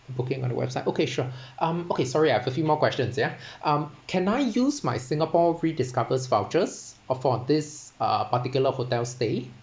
booking on the website okay sure um okay sorry I have a few more questions ya um can I use my SingapoRediscovers vouchers uh for this particular hotel stay